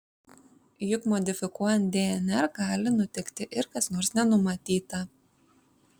juk modifikuojant dnr gali nutikti ir kas nors nenumatyta